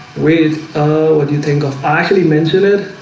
wait, what do you think of actually mention it?